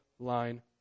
line